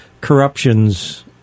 corruptions